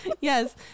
Yes